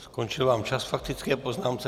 Skončil vám čas k faktické poznámce.